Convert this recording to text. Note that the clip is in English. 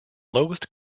lowest